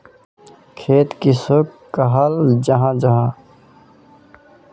खेत किसोक कहाल जाहा जाहा?